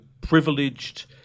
privileged